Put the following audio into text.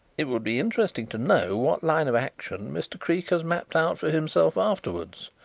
it would be interesting to know what line of action mr. creake has mapped out for himself afterwards.